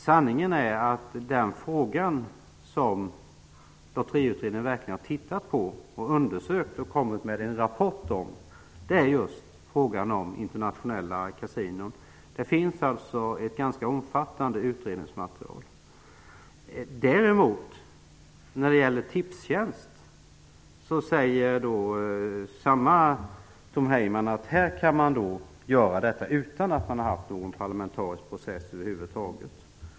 Sanningen är att den fråga som Lotteriutredningen verkligen har undersökt och kommit med en rapport om är just frågan om internationella kasinon. Det finns alltså ett ganska omfattande utredningsmaterial. När det gäller Tipstjänst säger samme Tom Heyman däremot att man kan överlåta bolaget till föreningslivet utan att vi har haft någon parlamentarisk process över huvud taget.